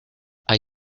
hay